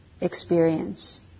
experience